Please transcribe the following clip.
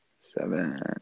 Seven